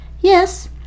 Yes